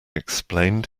explained